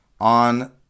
on